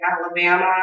Alabama